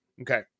okay